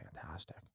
fantastic